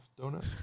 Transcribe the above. donut